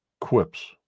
quips